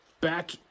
back